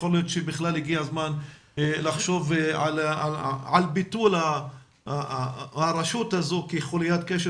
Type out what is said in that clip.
יכול להיות שבכלל הגיע הזמן לחשוב על ביטול הרשות הזו כחוליית קשר